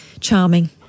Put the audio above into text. charming